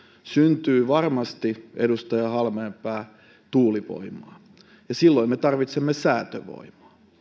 syntyy varmasti edustaja halmeenpää tuulivoimaa silloin me tarvitsemme säätövoimaa